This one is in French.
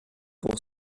pour